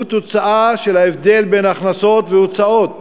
והוא למעשה ההבדל בין הכנסות להוצאות,